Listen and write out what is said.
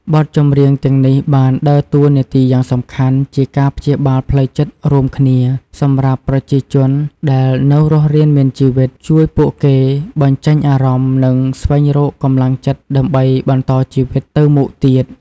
បទចម្រៀងទាំងនេះបានដើរតួនាទីយ៉ាងសំខាន់ជា ការព្យាបាលផ្លូវចិត្តរួមគ្នា សម្រាប់ប្រជាជនដែលនៅរស់រានមានជីវិត ជួយពួកគេឲ្យបញ្ចេញអារម្មណ៍ និងស្វែងរកកម្លាំងចិត្តដើម្បីបន្តជីវិតទៅមុខទៀត។